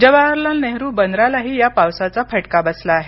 जवाहरलाल नेहरु बंदरालाही या पावसाचा फटका बसला आहे